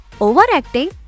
Overacting